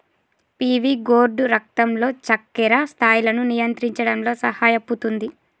PV gourd రక్తంలో చక్కెర స్థాయిలను నియంత్రించడంలో సహాయపుతుంది